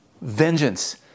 Vengeance